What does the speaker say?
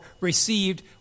received